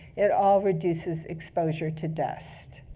it all reduces exposure to dust.